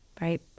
right